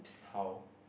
how